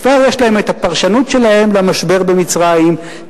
כבר יש להם הפרשנות שלהם למשבר של מצרים,